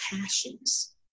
passions